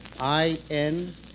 I-N